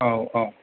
औ औ